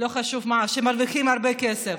לא חשוב, שמרוויחים הרבה כסף.